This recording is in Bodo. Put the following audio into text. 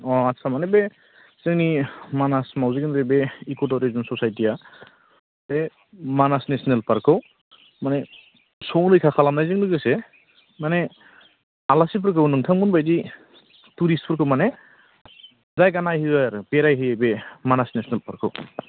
अ आदसा मानि बे जोंनि मानास मावजि गेन्द्रि बे इक' टुरिजोम ससायटिया बे मानास नेशनेल पार्कखौ माने सौ रैखा खालामनायजों लोगोसे माने आसालिफोरखौ नोंथांमोनबायदि टुरिस्टफोरखौ माने जायगा नायहोयो आरो बेराय होयो बे मानास नेशनेल पार्कखौ